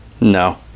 No